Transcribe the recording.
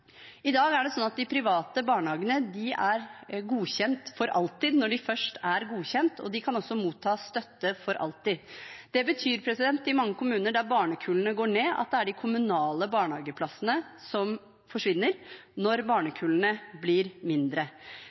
I dag er det slik at de private barnehagene er godkjent for alltid når de først er godkjent, og de kan også motta støtte for alltid. Det betyr, i mange kommuner der barnekullene går ned, at det er de kommunale barnehageplassene som forsvinner når barnekullene blir mindre.